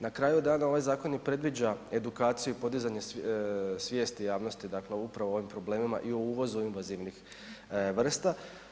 Na kraju dana ovaj zakon i predviđa edukaciju i podizanje svijesti javnosti dakle upravo o ovim problemima i o uvozu invazivnih vrsta.